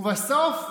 ובסוף?